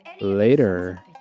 later